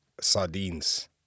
sardines